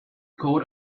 coat